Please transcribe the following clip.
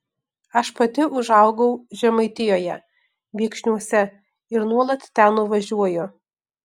aš pati užaugau žemaitijoje viekšniuose ir nuolat ten nuvažiuoju